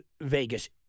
Vegas